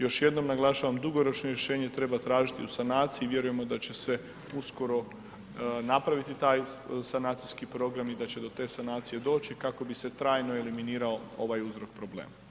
Još jednom naglašavam dugoročno rješenje treba tražiti u sanaciji vjerujemo da će se uskoro napraviti taj sanacijski program i da će do te sanacije doći kako bi se trajno eliminirao ovaj uzrok problema.